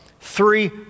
Three